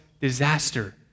disaster